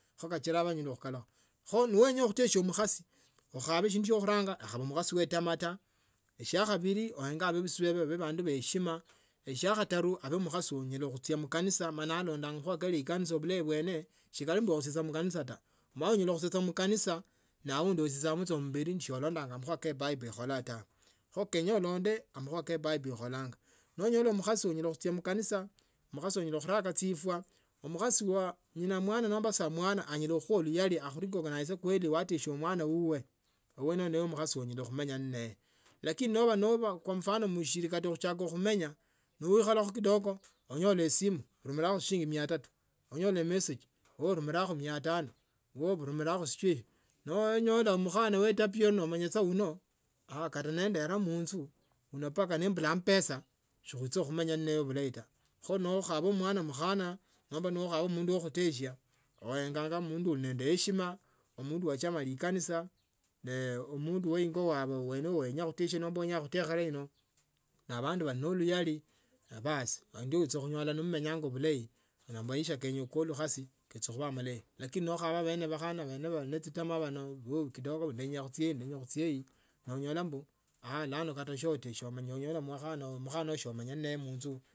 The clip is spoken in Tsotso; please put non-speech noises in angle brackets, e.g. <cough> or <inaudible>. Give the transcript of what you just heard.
Kho kachile wenya akolukhe khonowenya khutesia mkhasi esindu siokhuranga ukhakhaba mkhasi we tamaa taa shiakhabili uenge bebisi babe babe bandu ba heshima chia khatani abhe mkhasi anyala khuchia mkanisa alonde makhuwa ke likanisa alonde lukhuowe liene bulayi bwene sibali achichanga mkanisa taa anyala khuchia mkanisa na aundi achichama mubili nosolalanga amakhushi ke bible ibola tawe kho wenyakha ulonde amakhuwa ke bible ibolanga nonyala umukhasi anyala khuchia mkanisa mkhasi unyala khinaka chifwa amukhasi nyinamwana nomba samwana anyala khukhuwa linyali akhunecognize kweli watesia mwana wukue amwene uyo no umukhasi unyala khumenya ni naye lakini noba kata msihi khuchaka khuminya neikhalakho kidogo onyola esimu ndumirekho shilingi miali tatu no olola mesiage <hesitation> ndumirekho shilingi mia tano ndumireko sijui nonyola mkhana wetabia ino nomanya uno kata nendera munzu onyola mpaka nimbula mambesa si khuicha khumenya ninaye bulayi kho no khaba mwana mkhana nomba nakhaba mundu wakutesia ulenga omundu oli nende heshima, mundu yachema likanisa ne omundu nye ango'aye yowenya khotesia ino ne abandu bali nende luyani nebasi mulanyole nimmenya maisha kenu ke lukhasi kechakuba amalayi lakini nokhaba bakhana bene bakhana bechitama bano kidogo nenya khucha ino nenya khuchia eno nonyola bulano shionyala mutashana naye munzu.